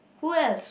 who else